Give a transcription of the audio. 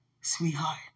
Sweetheart